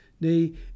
nay